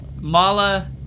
mala